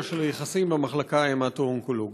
של היחסים במחלקה ההמטו-אונקולוגית,